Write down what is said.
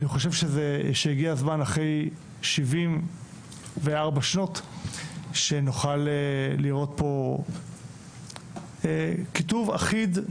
אני חושב שהגיע הזמן אחרי 74 שנות שנוכל לראות פה כיתוב אחיד,